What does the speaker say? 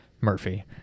Murphy